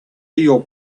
your